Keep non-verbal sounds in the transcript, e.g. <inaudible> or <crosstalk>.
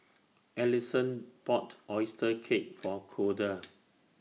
Allisson bought Oyster Cake <noise> For Koda <noise>